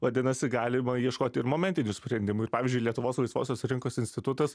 vadinasi galima ieškoti ir momentinių sprendimų ir pavyzdžiui lietuvos laisvosios rinkos institutas